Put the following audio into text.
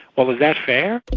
well, is that fair?